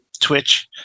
Twitch